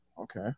okay